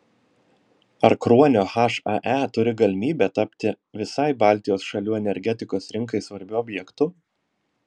ar kruonio hae turi galimybę tapti visai baltijos šalių energetikos rinkai svarbiu objektu